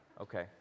Okay